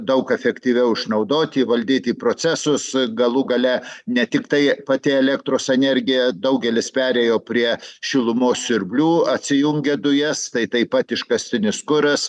daug efektyviau išnaudoti valdyti procesus galų gale ne tiktai pati elektros energija daugelis perėjo prie šilumos siurblių atsijungia dujas tai taip pat iškastinis kuras